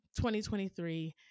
2023